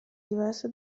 diverse